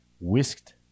whisked